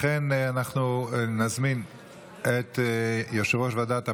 לכן אנחנו נזמין את יושב-ראש ועדת הפנים.